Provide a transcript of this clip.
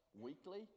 weekly